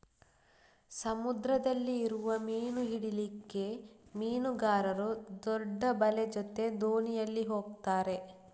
ಸಮುದ್ರದಲ್ಲಿ ಇರುವ ಮೀನು ಹಿಡೀಲಿಕ್ಕೆ ಮೀನುಗಾರರು ದೊಡ್ಡ ಬಲೆ ಜೊತೆ ದೋಣಿಯಲ್ಲಿ ಹೋಗ್ತಾರೆ